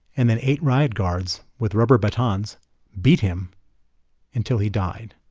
and then eight ride guards with rubber batons beat him until he died.